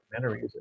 documentaries